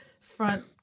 front